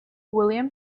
william